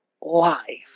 life